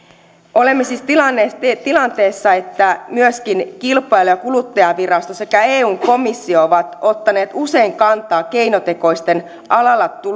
olemme siis tilanteessa että myöskin kilpailu ja kuluttajavirasto sekä eun komissio ovat ottaneet usein kantaa keinotekoisten